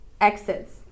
exits